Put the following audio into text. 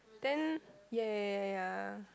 then ya ya ya ya